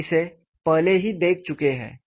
हम इसे पहले ही देख चुके हैं